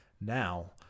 Now